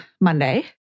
Monday